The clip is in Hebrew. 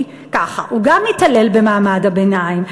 כי ככה: הוא גם מתעלל במעמד הביניים,